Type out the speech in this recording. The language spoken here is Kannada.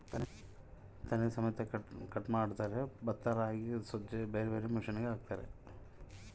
ಭತ್ತ ರಾಗಿ ಜೋಳ ಸಜ್ಜೆ ಬೆಳೆಯನ್ನು ತೆನೆ ಸಮೇತ ಬುಡ ಕತ್ತರಿಸೋದು ನಂತರ ಸೂಡು ಅಥವಾ ಕಟ್ಟು ಕಟ್ಟುತಾರ